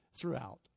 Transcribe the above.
throughout